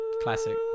Classic